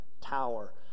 Tower